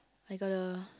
I got a